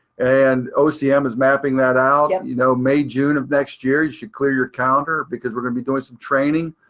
and ocm yeah um is mapping that out, and you know, may june of next year, you should clear your calendar because we're going to be doing some training.